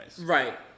Right